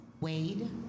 Wade